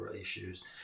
issues